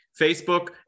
Facebook